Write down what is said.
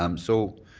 um so,